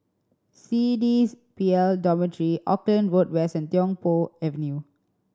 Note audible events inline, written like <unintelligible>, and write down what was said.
C D <unintelligible> P L Dormitory Auckland Road West and Tiong Poh Avenue